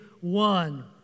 one